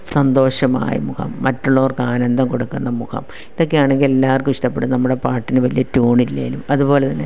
സന്തോഷമായ മുഖം മറ്റുള്ളവർക്ക് ആനന്ദം കൊടുക്കുന്ന മുഖം ഇതൊക്കെയാണെങ്കിൽ എല്ലാവർക്കും ഇഷ്ടപ്പെടും നമ്മുടെ പാട്ടിനു വലിയ ട്യൂണില്ലെങ്കിലും അതുപോലെതന്നെ